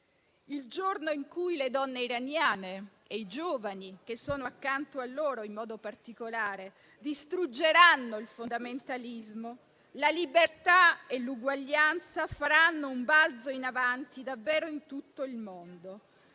Il giorno in cui le donne iraniane e i giovani che sono accanto a loro in modo particolare distruggeranno il fondamentalismo, la libertà e l'uguaglianza faranno un balzo in avanti in tutto il mondo.